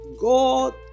God